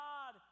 God